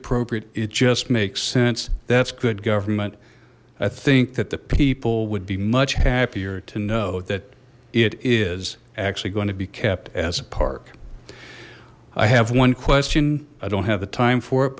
appropriate it just makes sense that's good government i think that the people would be much happier to know that it is actually going to be kept as a park i have one question i don't have the time for it